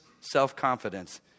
self-confidence